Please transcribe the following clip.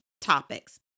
topics